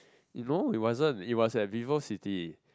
no it wasn't it was at Vivo-City